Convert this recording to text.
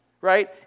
right